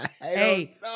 Hey